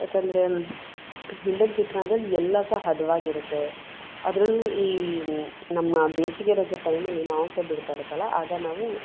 ಯಾಕಂದರೆ ನಿಂಬೆಹಣ್ಣು ಚಿತ್ರಾನ್ನದಲ್ಲಿ ಎಲ್ಲ ಸಹ ಹದವಾಗಿರುತ್ತೆ ಅದರಲ್ಲೂ ಈ ನಮ್ಮ ಬೇಸಿಗೆ ರಜದ ಟೈಮಲ್ಲಿ ಮಾವಿನ್ಕಾಯಿ ಬಿಡ್ತಾ ಇರುತ್ತಲ್ಲ ಆಗ ನಾವು